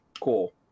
cool